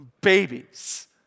babies